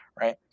Right